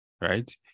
right